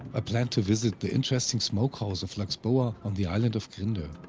ah plan to visit the interesting smokehouse of laxboa on the island of grindo.